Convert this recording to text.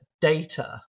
data